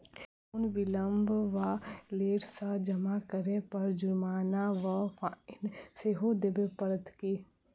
Loan विलंब वा late सँ जमा करै पर जुर्माना वा फाइन सेहो देबै पड़त की?